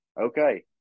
okay